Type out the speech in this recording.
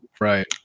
Right